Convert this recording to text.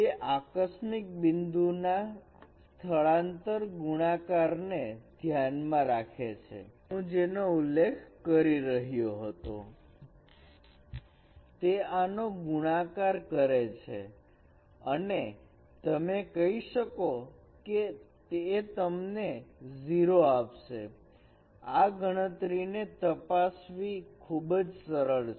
તે આકસ્મિક બિંદુ ના સ્થળાંતર ગુણાકાર ને ધ્યાનમાં રાખે છે હુ જેનો ઉલ્લેખ કરી રહ્યો હતો તે આનો ગુણાકાર કરે છે તમે કહી શકો કે એ તમને 0 આપશે આ ગણતરી ને તપાસવી ખૂબ જ સરળ છે